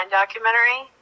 documentary